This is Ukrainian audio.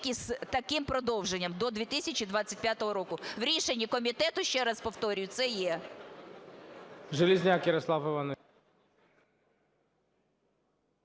тільки з таким продовженням – до 2025 року. У рішенні комітету, ще раз повторюю, це є.